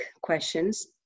questions